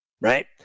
right